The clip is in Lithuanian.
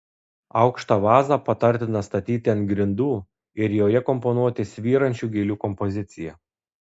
aukštą vazą patartina statyti ant grindų ir joje komponuoti svyrančių gėlių kompoziciją